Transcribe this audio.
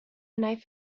knife